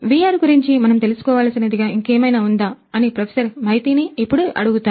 VR గురించి మనం తెలుసుకోవలసినది ఇంకేమైనా ఉందా అని ప్రొఫెసర్ మైటిని ఇప్పుడు అడుగుతాను